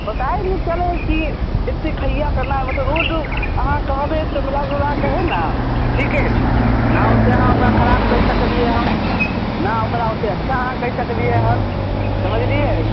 पता ही नहि चलै है कि एते खैया केना मतलब रोड अहाँ कहबै तऽ मिला जुला के है ने ठीके छै ना ओतेक अहाँ ओकरा खराब कहि सकलियै हन ना ओकरा ओते अच्छा अहाँ कहि सकलियै हन समझलियै